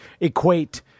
equate